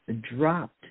dropped